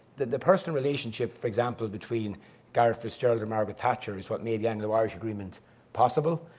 the the personal relationships, for example, between gareth fitzgerald and margaret thatcher, is what made the anglo-irish agreement possible.